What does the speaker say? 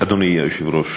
אדוני היושב-ראש,